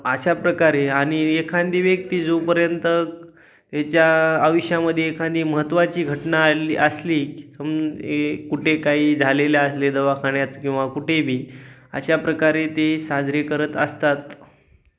अशा प्रकारे आणि एखादी व्यक्ती जोपर्यंत त्याच्या आयुष्यामध्ये एखादी महत्त्वाची घटना आली असली समज ए कुठे काही झालेले असले दवाखान्यात किंवा कुठेबी अशा प्रकारे ते साजरे करत असतात